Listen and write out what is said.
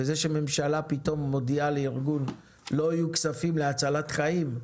וזה שממשלה פתאום מודיעה לארגון שלא יהיו כספים להצלת חיים,